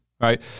right